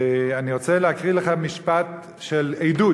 ואני רוצה להקריא לכם משפט של עדות,